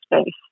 space